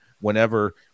whenever